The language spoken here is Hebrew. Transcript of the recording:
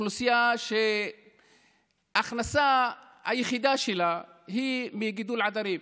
באוכלוסייה שההכנסה היחידה שלה היא מגידול עדרים.